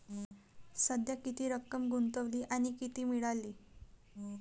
सध्या किती रक्कम गुंतवली आणि किती मिळाली